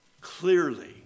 clearly